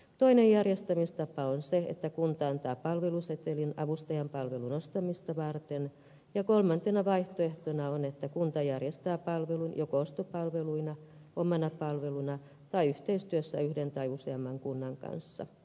toinen järjestämistapa on se että kunta antaa palvelusetelin avustajan palvelun ostamista varten ja kolmantena vaihtoehtona on että kunta järjestää palvelun joko ostopalveluina omana palveluna tai yhteistyössä yhden tai useamman kunnan kanssa